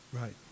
Right